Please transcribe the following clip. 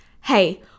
hey